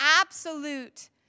absolute